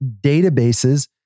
databases